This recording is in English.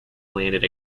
landed